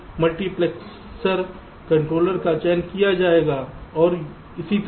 इसलिए multiplexer controller का चयन किया जाएगा और इसी तरह